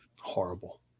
horrible